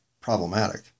problematic